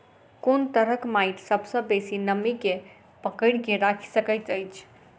कोन तरहक माटि सबसँ बेसी नमी केँ पकड़ि केँ राखि सकैत अछि?